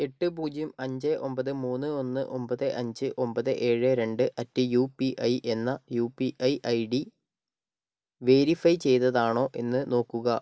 എട്ട് പൂജ്യം അഞ്ച് ഒമ്പത് മൂന്ന് ഒന്ന് ഒമ്പത് അഞ്ച് ഒമ്പത് ഏഴ് രണ്ട് അറ്റ് യൂ പി ഐ എന്ന U P I I D verify ചെയ്തതാണോ എന്ന് നോക്കുക